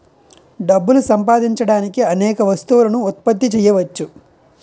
డబ్బులు సంపాదించడానికి అనేక వస్తువులను ఉత్పత్తి చేయవచ్చు